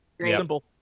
simple